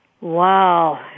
Wow